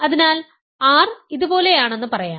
അതിനാൽ R ഇതുപോലെയാണെന്ന് പറയാം